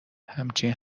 همچین